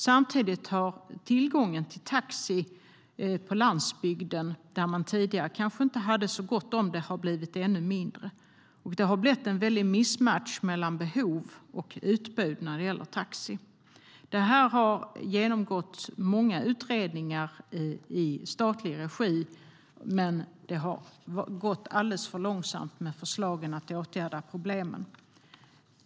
Samtidigt har tillgången till taxi på landsbygden, där man tidigare kanske inte hade så gott om det, blivit ännu mindre. Det har blivit en väldig missmatchning mellan behov och utbud när det gäller taxi. Detta har genomgått många utredningar i statlig regi, men det har gått alldeles för långsamt med förslagen att åtgärda problemen.